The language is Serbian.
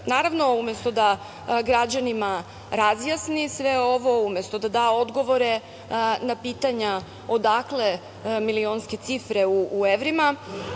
računima. Naravno, umesto da građanima razjasni sve ovo, umesto da da odgovore na pitanja odakle milionske cifre u evrima,